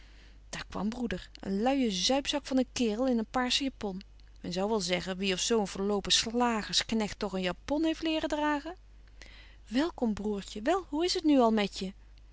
daar kwam broeder een luije zuipzak van een kerel in een paarschen japon men zou wel zeggen wie of zo een verlopen slagers knegt toch een japon heeft leren dragen welkom broertje wel hoe is het nu nog al met je